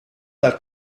dal